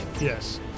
Yes